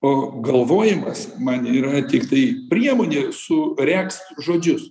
o galvojimas man yra tiktai priemonė suregzt žodžius